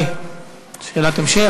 נחמן שי, שאלת המשך.